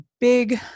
big